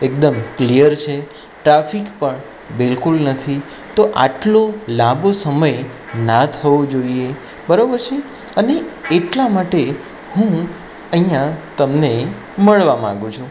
એકદમ ક્લિયર છે ટ્રાફિક પણ બિલ્કુલ નથી તો આટલું લાંબો સમય ના થવો જોઈએ બરાબર છે અને એટલા માટે હું અહીંયા તમને મળવા માગું છું